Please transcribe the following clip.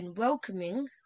Welcoming